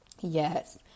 yes